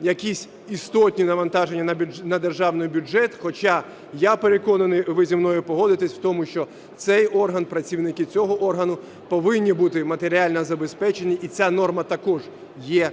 якісь істотні навантаження на державний бюджет, хоча я переконаний, і ви зі мною погодитесь в тому, що цей орган, працівники цього органу повинні бути матеріально забезпечені. І ця норма також є